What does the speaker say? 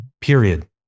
period